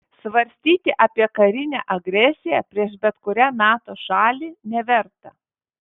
svarstyti apie karinę agresiją prieš bet kurią nato šalį neverta